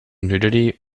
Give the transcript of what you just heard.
nudity